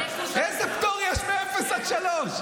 איזה פטור יש מאפס עד שלוש?